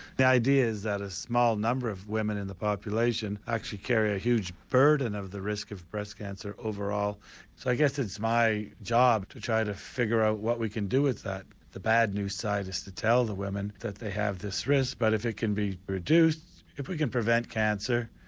the idea is that a small number of women in the population actually carry a huge burden of the risk of breast cancer overall. so i guess it's my job to try to figure out what we can do with that. the bad news side is to tell the women that they have this risk, but if it can be reduced, if we can prevent cancer,